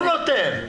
הוא נותן.